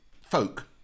folk